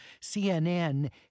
CNN